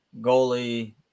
goalie